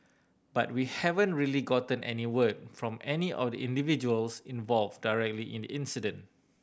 but we haven't really gotten any word from any of the individuals involve directly in the incident